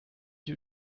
you